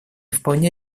вполне